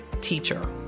teacher